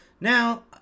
Now